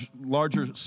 larger